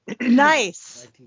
Nice